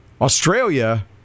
Australia